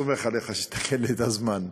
אני סומך עליך שתתקן את הזמן.